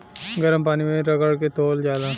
गरम पानी मे रगड़ के धोअल जाला